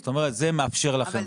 זאת אומרת, זה מאפשר לכם.